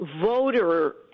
voter